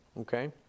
Okay